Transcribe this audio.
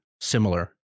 similar